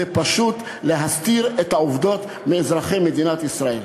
זה פשוט להסתיר את העובדות מאזרחי מדינת ישראל.